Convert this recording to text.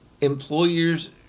Employers